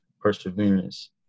perseverance